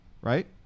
right